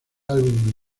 álbum